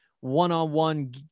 one-on-one